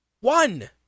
One